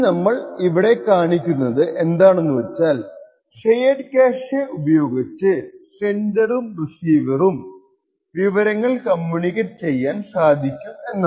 ഇനി നമ്മൾ ഇവിഡി കാണിക്കുന്നത് എന്താണെന്നുവച്ചാൽ ഷെയർഡ് ക്യാഷെ ഉപയോഗിച്ച് സെൻഡറും റിസീവറും ഥാമിൽ വിവരങ്ങൾ കമ്മ്യൂണിക്കേറ്റ് ചെയ്യാൻ സാധിക്കും എന്നതാണ്